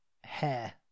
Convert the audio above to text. Hair